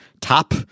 top